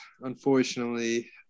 Unfortunately